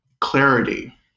clarity